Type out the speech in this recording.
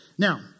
Now